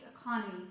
economy